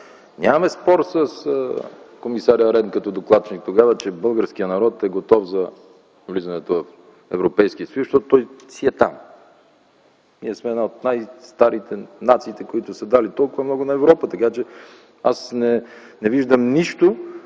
Нямаме спор с комисаря Рен като докладчик, че тогава българският народ е готов за влизане в Европейския съюз, защото той си е там. Ние сме една от най-старите нации, дали толкова много на Европа! Не виждам нищо